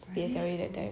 P_S_L_E that time